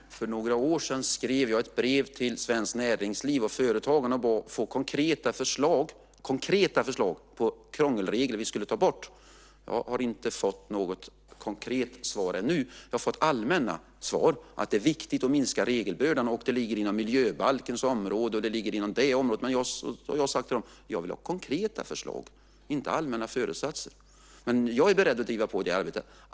Fru talman! För några år sedan skrev jag ett brev till Svenskt Näringsliv och företagen. Jag bad att få konkreta förslag, konkreta förslag, om krångelregler vi skulle ta bort. Jag har inte fått något konkret svar ännu. Jag har fått allmänna svar om att det är viktigt att minska regelbördan och att det ligger inom miljöbalkens område och andra områden. Jag har sagt till dem: Jag vill ha konkreta förslag, inte allmänna föresatser. Men jag är beredd att driva på i det arbetet.